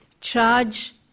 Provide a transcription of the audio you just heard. charge